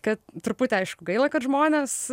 kad truputį aišku gaila kad žmonės